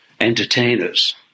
entertainers